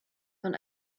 von